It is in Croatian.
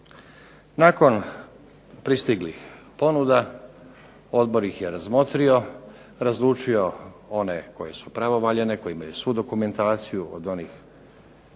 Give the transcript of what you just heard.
Nakon pristiglih ponuda odbor ih je razmotrio, razlučio one koje su pravovaljane, koje imaju svu dokumentaciju od onih